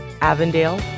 Avondale